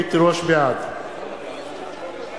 בעד